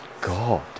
God